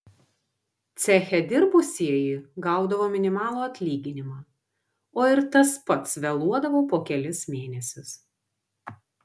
ceche dirbusieji gaudavo minimalų atlyginimą o ir tas pats vėluodavo po kelis mėnesius